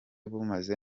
bumaze